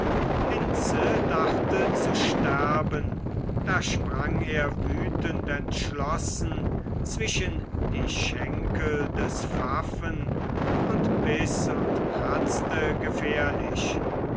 hinze dachte zu sterben da sprang er wütend entschlossen zwischen die schenkel des pfaffen und biß und kratzte gefährlich